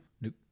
Nope